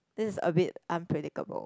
this is a bit unpredictable